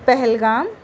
Pahalgam